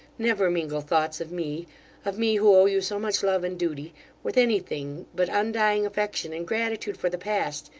never mingle thoughts of me of me who owe you so much love and duty with anything but undying affection and gratitude for the past,